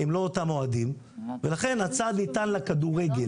הם לא אותם אוהדים ולכן הצעד ניתן לכדורגל.